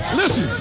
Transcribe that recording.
listen